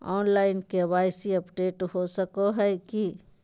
Online KYC update हो सको है की?